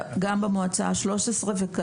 במועצה ה-13 וב-14,